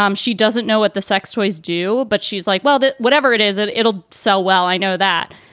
um she doesn't know what the sex toys do, but she's like, well, that whatever it is that it'll sell. well, i know that,